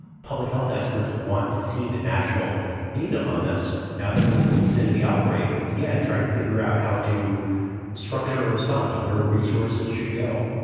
public health experts want to see the national data on this now that we're weeks into the outbreak, again, trying to figure out how to structure a response where resources should go.